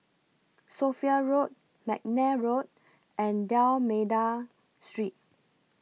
Sophia Road Mcnair Road and D'almeida Street